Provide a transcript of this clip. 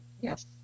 yes